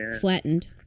flattened